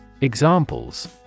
Examples